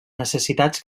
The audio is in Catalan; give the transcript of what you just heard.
necessitats